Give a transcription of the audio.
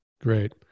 Great